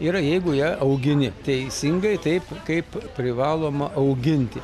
yra jeigu ją augini teisingai taip kaip privaloma auginti